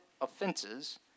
offenses